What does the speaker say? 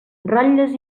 ratlles